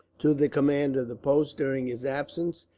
to the command of the post during his absence,